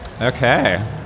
Okay